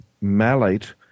malate